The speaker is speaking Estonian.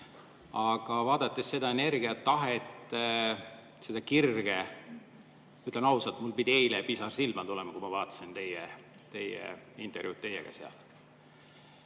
Aga vaadates seda energiat, tahet, seda kirge, ütlen ausalt, mul pidi eile pisar silma tulema, kui ma vaatasin sealt seda intervjuud teiega.